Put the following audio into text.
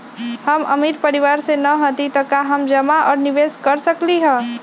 हम अमीर परिवार से न हती त का हम जमा और निवेस कर सकली ह?